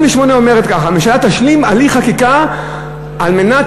28 אומר כך: הממשלה תשלים הליך חקיקה על מנת